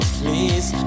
please